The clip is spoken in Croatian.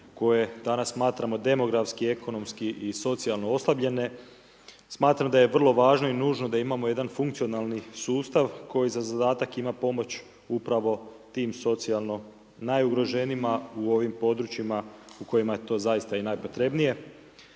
koje danas smatramo demografski, ekonomski i socijalno oslabljene, smatram da je vrlo važno i nužno da imamo jedan funkcionalni sustav koji za zadatak ima pomoć upravo tim socijalno najugroženijima u ovim područjima u kojima je to zaista i najpotrebnije.